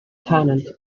tenant